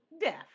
Death